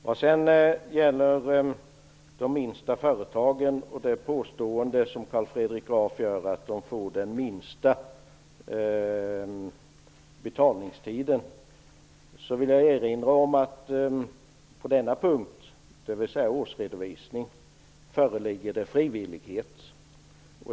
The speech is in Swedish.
Vad sedan gäller de minsta företagen och Carl Fredrik Grafs påstående att de får den kortaste betalningstiden vill jag erinra om att det när det gäller årsredovisning föreligger frivillighet.